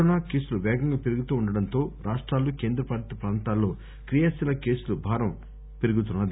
corona కేసులు పేగంగా పెరుగుతూ ఉండటంతో రాష్టాలు కేంద్ర పాలీత ప్రాంతాల్లో క్రియాశీలక కేసుల భారం పెరిగిపోతున్నది